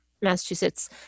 Massachusetts